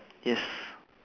yes